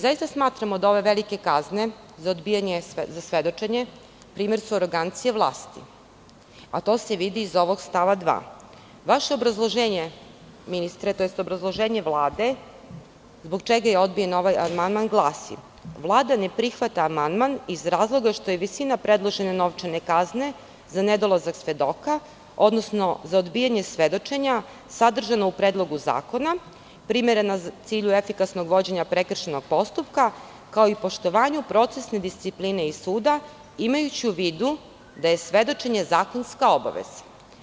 Zaista smatramo da su ove velike kazne za odbijanje svedočenja primer arogancije vlasti, a to se vidi iz ovog stava 2. Vaše obrazloženje, ministre, tj. obrazloženje Vlade zbog čega je odbijen ovaj amandman glasi – Vlada ne prihvata amandman iz razloga što je visina predložene novčane kazne za nedolazak svedoka, odnosno za odbijanje svedočenja sadržano u Predlogu zakona primerena u cilju efikasnog vođenja prekršajnog postupka, kao i poštovanju procesne discipline i suda, imajući u vidu da je svedočenje zakonska obaveza.